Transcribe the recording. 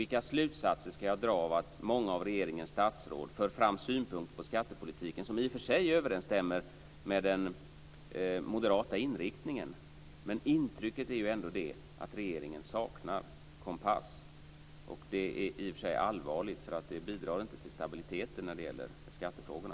Vilka slutsatser ska jag dra av att många av regeringens statsråd för fram synpunkter på skattepolitiken som i och för sig överensstämmer med den moderata inriktningen, men där intrycket ändå är att regeringen saknar kompass? Det är i och för sig allvarligt, därför att det bidrar inte till stabiliteten när det gäller skattefrågorna.